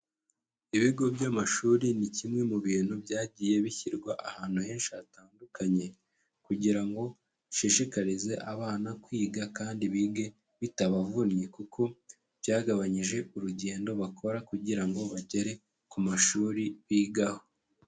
Ibigo by'amashuri ni kimwe mu bintu byagiye bishyirwa ahantu henshi hatandukanye, kugira ngo bishishikarize abana kwiga kandi bige bitabavunnye, kuko byagabanyije urugendo bakora kugira ngo bagere ku mashuri bigaho.